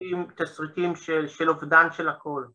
‫עם תסריטים של אובדן של הכול.